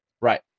Right